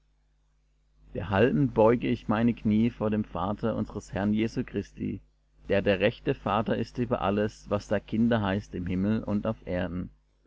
derhalben beuge ich meine kniee vor dem vater unsers herrn jesu christi der der rechte vater ist über alles was da kinder heißt im himmel und auf erden